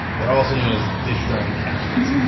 they're also known as dish drying cabinets.